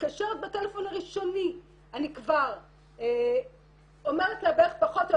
מתקשרת בטלפון הראשוני אני כבר אומרת לה בערך פחות או